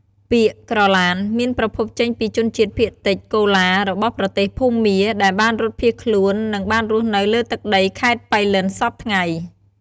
ពាក្យ "ក្រឡាន" មានប្រភពចេញពីជនជាតិភាគតិចកូឡារបស់ប្រទេសភូមា ដែលបានរត់ភៀសខ្លួន និងបានរស់នៅលើទឹកដីខេត្តប៉ៃលិនសព្វថ្ងៃ។